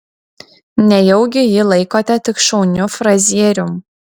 nejaugi laikote jį tik šauniu frazierium